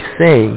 say